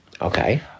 Okay